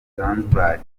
zanzibar